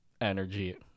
energy